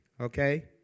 okay